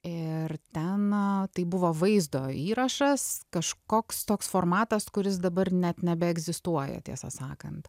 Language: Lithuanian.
ir ten tai buvo vaizdo įrašas kažkoks toks formatas kuris dabar net nebeegzistuoja tiesą sakant